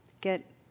get